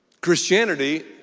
Christianity